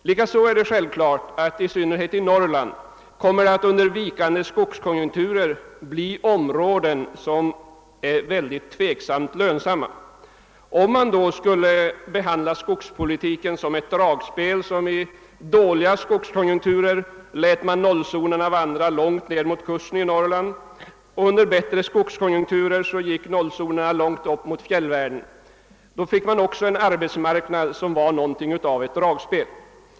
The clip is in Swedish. Likaså finner jag att det i synnerhet i Norrland under vikande skogskonjunkturer kommer att finnas områden rörande vilkas lönsamhet det måste råda stor tvekan. Om man då skulle behandla skogspolitiken som ett dragspel och under dåliga skogskonjunkturer dra 0-zonerna långt ned mot kusten och under bättre skogskonjunkturer skulle dra 0-zonerna långt upp mot fjällvärlden, så skulle även arbetsmarknaden bli som ett dragspel.